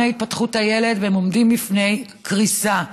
להתפתחות הילד והם עומדים לפני קריסה.